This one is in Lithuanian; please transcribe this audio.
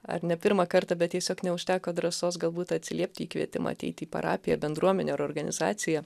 ar ne pirmą kartą bet tiesiog neužteko drąsos galbūt atsiliepti į kvietimą ateiti į parapiją bendruomenę ar organizaciją